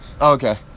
Okay